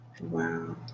Wow